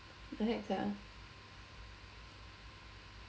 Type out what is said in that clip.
what the heck sia